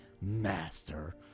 Master